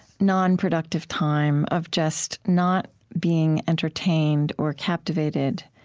nonproductive time, of just not being entertained or captivated,